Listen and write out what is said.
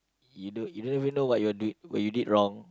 you don't you don't even know what you're doing what you did wrong